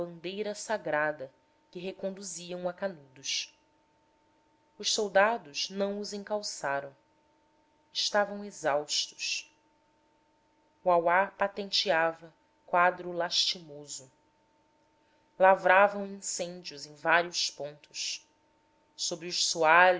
a bandeira sagrada que reconduziam a canudos os soldados não os encalçaram estavam exaustos uauá patenteava quadro lastimoso lavravam incêndios em vários pontos sobre os